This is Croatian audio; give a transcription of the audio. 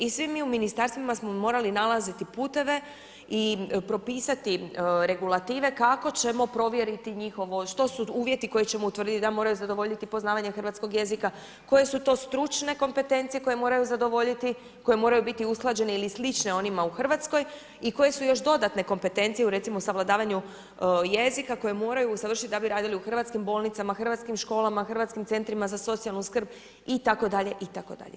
I svi mi u Ministarstvima smo morali nalaziti puteve i propisati regulative kako ćemo provjeriti njihovo, što su uvjeti koje ćemo utvrditi, da moraju zadovoljiti poznavanje hrvatskog jezika, koje su to stručne kompetencije koje moraju zadovoljiti, koje moraju biti usklađene ili slične onima u Hrvatskoj i koje su još dodatne kompetencije, u recimo savladavanju jezika kojeg moraju usavršiti da bi raditi u hrvatskim bolnicama, hrvatskim školama, hrvatskim centrima za socijalnu skrb, i tako dalje, i tako dalje.